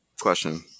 question